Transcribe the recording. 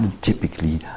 typically